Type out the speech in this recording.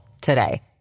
today